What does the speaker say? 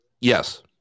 Yes